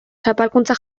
zapalkuntzak